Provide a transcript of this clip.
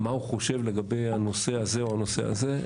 מה הוא חושב לגבי הנושא הזה או הנושא הזה,